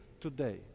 today